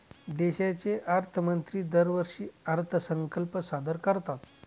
देशाचे अर्थमंत्री दरवर्षी अर्थसंकल्प सादर करतात